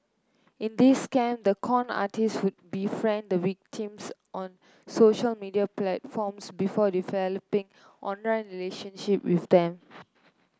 in these scam the con artists would befriend the victims on social media platforms before developing online relationship with them